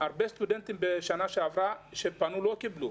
לא קיבלו.